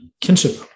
kinship